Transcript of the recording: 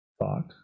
thought